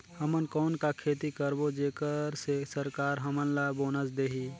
हमन कौन का खेती करबो जेकर से सरकार हमन ला बोनस देही?